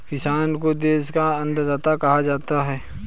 किसान को देश का अन्नदाता कहा जाता है